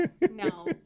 no